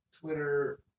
Twitter